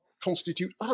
constitute